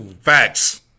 Facts